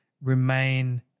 remain